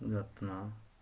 ଯତ୍ନ